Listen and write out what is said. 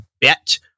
bet